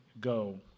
go